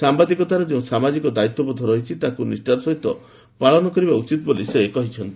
ସାମ୍ବାଦିକତାର ଯେଉଁ ସାମାଜିକ ଦାୟିତ୍ୱବୋଧ ରହିଛି ତାହାକୁ ନିଷ୍ଠାର ସହିତ ପାଳନ କରିବା ଉଚିତ ବୋଲି ସେ କହିଚ୍ଚନ୍ତି